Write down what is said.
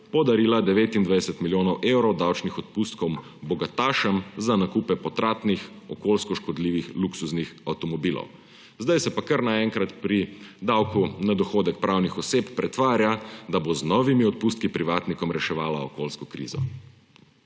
podarila 29 milijonov evrov davčnih odpustkov bogatašem za nakupe potratnih, okoljsko škodljivih luksuznih avtomobilov, zdaj se pa kar naenkrat pri davku na dohodek pravnih oseb pretvarja, da bo z novimi odpustki privatnikom reševala okoljsko krizo.